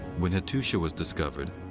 when hattusha was discovered,